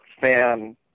fan